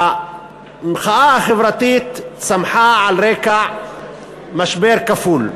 המחאה החברתית צמחה על רקע משבר כפול,